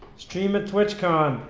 stream at twitchcon